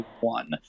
one